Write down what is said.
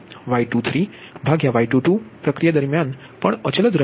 અને Y23Y22 પ્રક્રિયા દરમ્યાન પણ શબ્દ અચલ રહે છે